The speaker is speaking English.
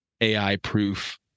AI-proof